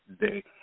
day